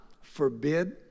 forbid